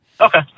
Okay